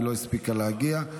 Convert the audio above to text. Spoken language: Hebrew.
היא לא הספיקה להגיע.